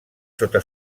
sota